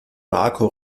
marco